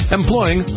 employing